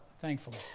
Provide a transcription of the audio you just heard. thankfully